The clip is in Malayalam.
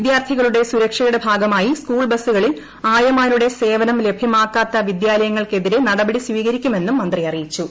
വിദ്യാർത്ഥികളുടെ സുരക്ഷയുടെ ഭാഗമായി സ്കൂൾ ബസുകളിൽ ആയമാരുടെ സേവനം ലഭ്യമാക്കാത്ത വിദ്യാലയങ്ങൾക്കെതിരെ നടപടി സ്വീകരിക്കുമെന്നും മന്ത്രി അറിയിച്ചു